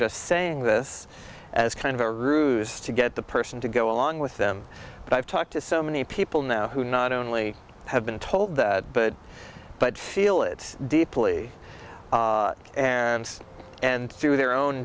just saying this as kind of a ruse to get the person to go along with them but i've talked to so many people now who not only have been told that but but feel it deeply and and through their own